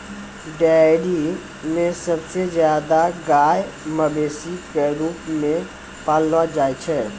dairy म सबसे जादा गाय मवेशी क रूप म पाललो जाय छै